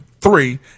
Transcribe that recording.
three